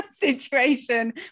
situation